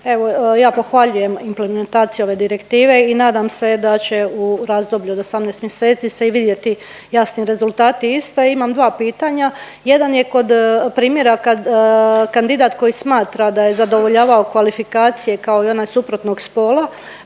evo ja pohvaljujem implementaciju ove direktive i nadam se da će u razdoblju od 18 mjeseci se i vidjeti jasni rezultati iste. Imam dva pitanja, jedan je kod primjera kad kandidat koji smatra da je zadovoljavao kvalifikacije, kao i onaj suprotnog spola,